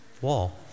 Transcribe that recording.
wall